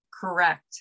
correct